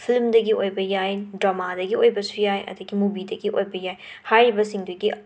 ꯐꯤꯂꯤꯝꯗꯒꯤ ꯑꯣꯏꯕ ꯌꯥꯏ ꯗ꯭ꯔꯥꯃꯥꯗꯒꯤ ꯑꯣꯏꯕꯁꯨ ꯌꯥꯏ ꯑꯗꯒꯤ ꯃꯨꯕꯤꯗꯒꯤ ꯑꯣꯏꯕ ꯌꯥꯏ ꯍꯥꯏꯔꯤꯕꯁꯤꯡꯗꯨꯒꯤ